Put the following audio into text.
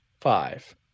five